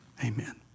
Amen